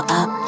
up